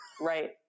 Right